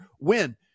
win